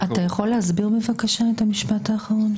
אתה יכול להסביר בבקשה את המשפט האחרון?